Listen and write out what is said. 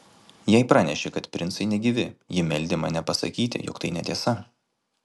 jai pranešė kad princai negyvi ji meldė mane pasakyti jog tai netiesa